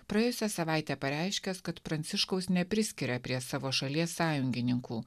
praėjusią savaitę pareiškęs kad pranciškaus nepriskiria prie savo šalies sąjungininkų